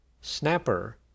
snapper